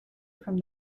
from